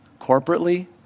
corporately